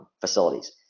facilities